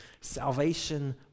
salvation